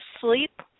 sleep